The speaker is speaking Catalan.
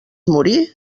morir